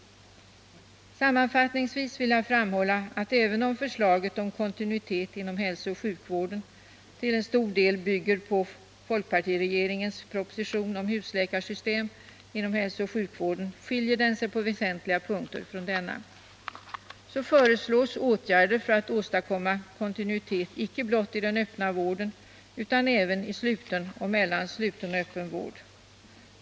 Sammanfattningsvis vill jag framhålla att även om förslaget om kontinuitet inom hälsooch sjukvården till en del bygger på folkpartiregeringens proposition om husläkarsystem inom hälsooch sjukvården skiljer det sig på väsentliga punkter från denna. Så föreslås åtgärder för att åstadkomma kontinuitet icke blott i den öppna vården utan även i sluten vård och mellan öppen och sluten vård.